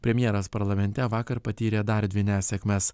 premjeras parlamente vakar patyrė dar dvi nesėkmes